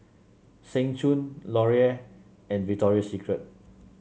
Seng Choon Laurier and Victoria Secret